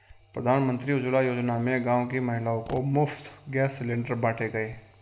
प्रधानमंत्री उज्जवला योजना में गांव की महिलाओं को मुफ्त गैस सिलेंडर बांटे गए